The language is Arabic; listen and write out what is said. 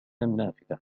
النافذة